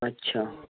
अच्छा